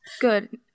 good